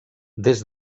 des